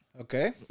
Okay